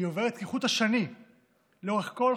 והיא עוברת כחוט השני לאורך כל חייך,